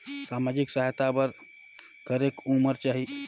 समाजिक सहायता बर करेके उमर चाही?